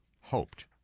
Hoped